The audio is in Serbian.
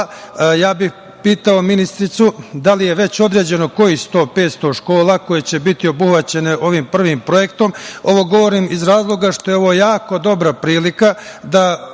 bih ministarku da li je već određeno kojih su to 500 škola koje će biti obuhvaćene ovim prvim projektom? Ovo govorim iz razloga što je ovo jako dobra prilika